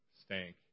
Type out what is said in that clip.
stank